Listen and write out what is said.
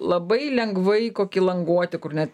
labai lengvai koki languoti kur net